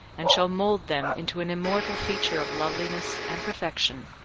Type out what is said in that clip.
and shall mould them into an immortal feature of loveliness and perfection.